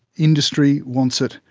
industry wants it.